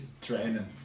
training